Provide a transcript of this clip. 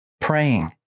praying